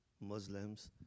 Muslims